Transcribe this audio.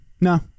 No